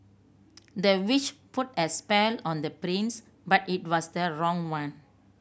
the witch put a spell on the prince but it was the wrong one